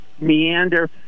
meander